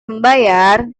membayar